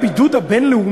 ומה עם הבידוד הבין-לאומי?